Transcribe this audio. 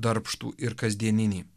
darbštų ir kasdieninį